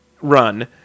run